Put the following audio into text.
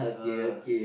ah